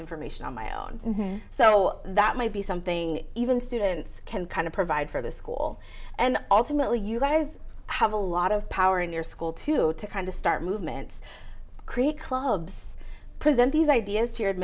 information on my own so that might be something even students can kind of provide for the school and ultimately you guys have a lot of power in your school to kind of start movements create clubs present these ideas t